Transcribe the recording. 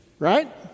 Right